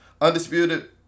Undisputed